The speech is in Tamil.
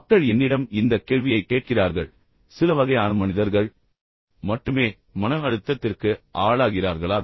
மக்கள் என்னிடம் இந்தக் கேள்வியைக் கேட்கிறார்கள் சில வகையான மனிதர்கள் மட்டுமே மன அழுத்தத்திற்கு ஆளாகிறார்களா